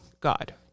god